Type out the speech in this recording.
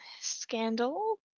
scandal